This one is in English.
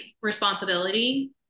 responsibility